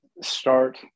start